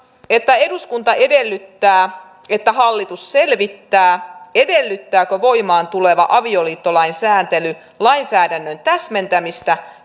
että eduskunta edellyttää että hallitus selvittää edellyttääkö voimaan tuleva avioliittolain sääntely lainsäädännön täsmentämistä